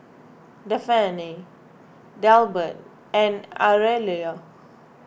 Dafne Delbert and Aurelio